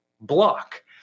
block